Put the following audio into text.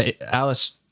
Alice